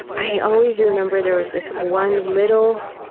i always remember there was this one little